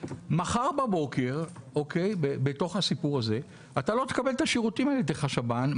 מחר בבוקר בתוך הסיפור הזה אתה לא תקבל את השירותים האלה הדרך השב"ן.